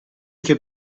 che